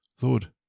Lord